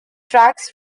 tracks